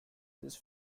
this